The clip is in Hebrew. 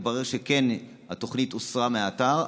התברר שהתוכנית הוסרה מהאתר,